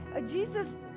Jesus